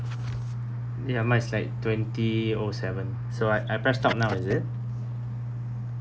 they are mine it's like twenty o seven so I I press stop now is it